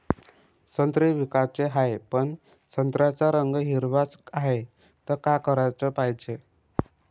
संत्रे विकाचे हाये, पन संत्र्याचा रंग हिरवाच हाये, त का कराच पायजे?